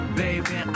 baby